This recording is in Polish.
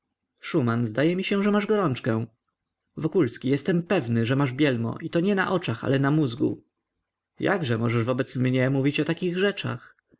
szuman zdaje mi się że masz gorączkę wokulski jestem pewny że masz bielmo i to nie na oczach ale na mózgu jakże możesz wobec mnie mówić o takich rzeczach